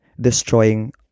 destroying